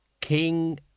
KING